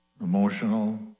emotional